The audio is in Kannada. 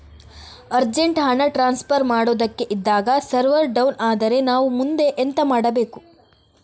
ಅರ್ಜೆಂಟ್ ಹಣ ಟ್ರಾನ್ಸ್ಫರ್ ಮಾಡೋದಕ್ಕೆ ಇದ್ದಾಗ ಸರ್ವರ್ ಡೌನ್ ಆದರೆ ನಾವು ಮುಂದೆ ಎಂತ ಮಾಡಬೇಕು?